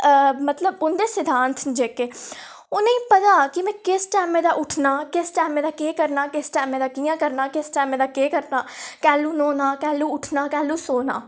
मतलब उं'दे सिद्धांत न जेह्ड़े उ'नें ई पता कि में कि'यां टैमा दा उट्ठना किस टैमा दा केह् करना किस टैमे दा कि'यां करना किस टैमे दा केह् करना कैह्लुूं नौह्ना कैह्लूं सौह्ना कैह्लूं उट्ठना